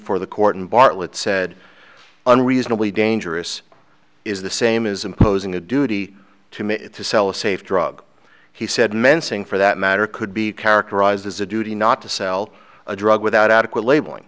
for the court in bartlett said unreasonably dangerous is the same is imposing a duty to me to sell a safe drug he said mensing for that matter could be characterized as a duty not to sell a drug without adequate labeling